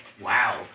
wow